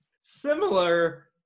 similar